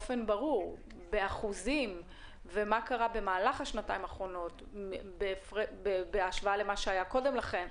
מה קרה במהלך השנתיים האחרונות בהשוואה למה שהיה קודם לכן.